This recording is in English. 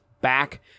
back